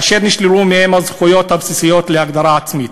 אשר נשללו מהם הזכויות הבסיסיות להגדרה עצמית,